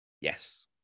yes